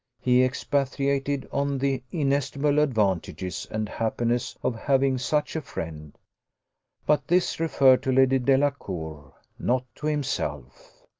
he expatiated on the inestimable advantages and happiness of having such a friend but this referred to lady delacour, not to himself.